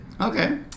Okay